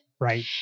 Right